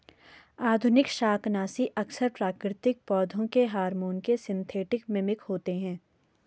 आधुनिक शाकनाशी अक्सर प्राकृतिक पौधों के हार्मोन के सिंथेटिक मिमिक होते हैं